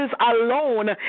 alone